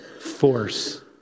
force